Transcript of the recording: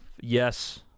Yes